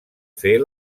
fer